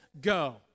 go